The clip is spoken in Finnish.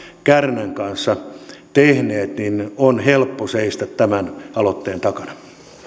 kärnän kanssa tehneet niin on helppo seistä tämän aloitteen takana